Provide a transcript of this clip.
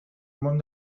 món